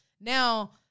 Now